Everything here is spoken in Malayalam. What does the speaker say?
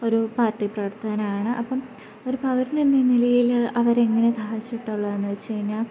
ഒരു പാർട്ടി പ്രവർത്തകനാണ് അപ്പം ഒരു പൗരനെന്ന ഈ നിലയിൽ അവരെങ്ങനെ സഹായിച്ചിട്ടുള്ളതെന്ന് വച്ച് കഴിഞ്ഞാൽ